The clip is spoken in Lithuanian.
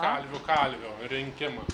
kalvių kalvio rinkimam